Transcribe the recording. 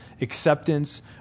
acceptance